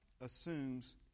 assumes